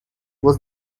was